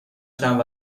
چند